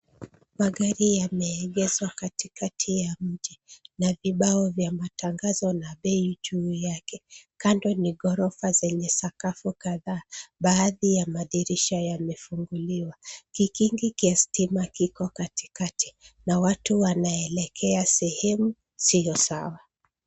Magari yameegeshwa katikati ya mji, na vibao vya matangazo na bei juu yake. Kando ni ghorofa zenye sakafu kadhaa, baadhi ya madirisha yamefunguliwa. Kikingi cha stima kiko katikati na watu wanaelekea sehemu isiyosawa.